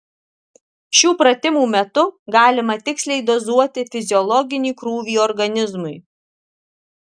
šių pratimų metu galima tiksliai dozuoti fiziologinį krūvį organizmui